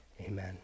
Amen